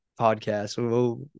podcast